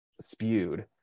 spewed